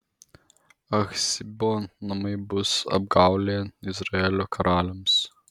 achzibo namai bus apgaulė izraelio karaliams